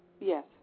Yes